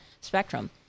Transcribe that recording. spectrum